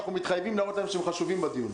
אנחנו מתחייבים להראות להם שהם חשובים בדיון.